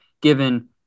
Given